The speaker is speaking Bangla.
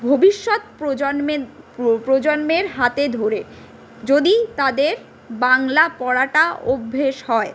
ভবিষ্যৎ প্রজন্মের প্রজন্মের হাতে ধরে যদি তাদের বাংলা পড়াটা অভ্যেস হয়